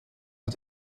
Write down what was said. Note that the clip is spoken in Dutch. het